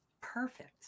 perfect